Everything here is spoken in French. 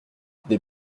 des